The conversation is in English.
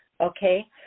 okay